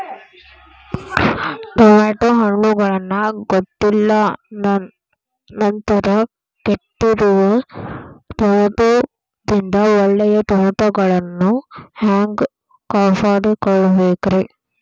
Tomato ಹಣ್ಣುಗಳನ್ನ ಗೊತ್ತಿಲ್ಲ ನಂತರ ಕೆಟ್ಟಿರುವ ಟಮಾಟೊದಿಂದ ಒಳ್ಳೆಯ ಟಮಾಟೊಗಳನ್ನು ಹ್ಯಾಂಗ ಕಾಪಾಡಿಕೊಳ್ಳಬೇಕರೇ?